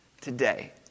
today